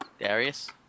Darius